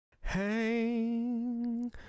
Hang